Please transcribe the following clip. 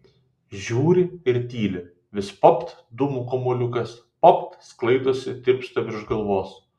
žiūri ir tyli vis papt dūmų kamuoliukas papt sklaidosi tirpsta virš galvos